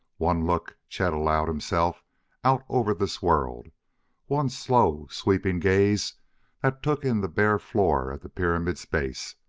one look chet allowed himself out over this world one slow, sweeping gaze that took in the bare floor at the pyramid's base,